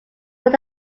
were